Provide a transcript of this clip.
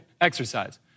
exercise